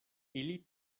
ili